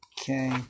Okay